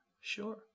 sure